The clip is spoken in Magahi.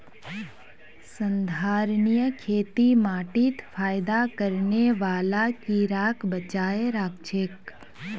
संधारणीय खेती माटीत फयदा करने बाला कीड़ाक बचाए राखछेक